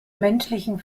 menschlichen